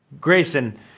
Grayson